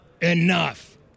Enough